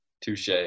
touche